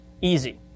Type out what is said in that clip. easy